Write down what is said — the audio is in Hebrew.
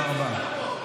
תודה רבה.